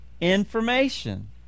Information